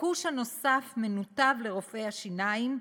מנותב לרופאי השיניים,